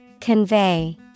Convey